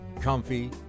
Comfy